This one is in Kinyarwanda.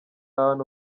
abantu